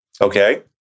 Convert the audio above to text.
Okay